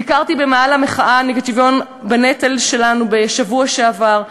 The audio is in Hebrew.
ביקרתי במאהל המחאה שלנו בעד שוויון בנטל בשבוע שעבר,